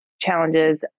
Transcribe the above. challenges